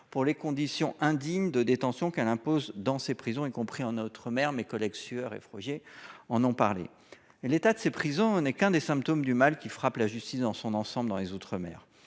pour les conditions indignes de détention qu'elle impose dans ses prisons, y compris en outre-mer. Mes collègues Jean-Pierre Sueur et Pierre Frogier l'ont souligné. L'état de ces prisons n'est que l'un des symptômes du mal qui frappe la justice dans son ensemble dans les outre-mer.